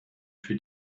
für